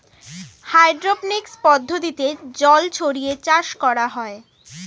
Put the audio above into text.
hydroponics পদ্ধতিতে জল ছড়িয়ে চাষ করা হয়